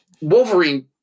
Wolverine